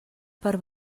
per